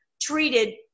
treated